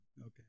Okay